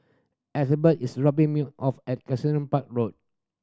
is robbing me off at Park Road